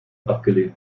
abgelehnt